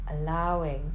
allowing